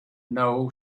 know